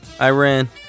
Iran